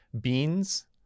Beans